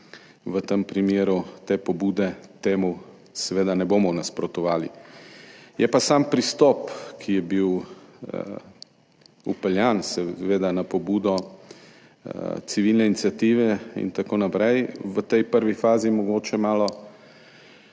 v tem primeru te pobude temu seveda ne bomo nasprotovali. Je pa sam pristop, ki je bil vpeljan, seveda na pobudo civilne iniciative in tako naprej, v tej prvi fazi mogoče malo